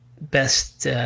best